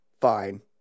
fine